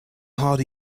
harder